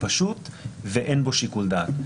פשוט ואין בו שיקול דעת.